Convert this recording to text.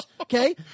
okay